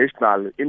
national